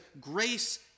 grace